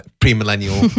pre-millennial